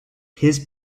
his